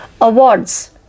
Awards